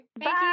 Bye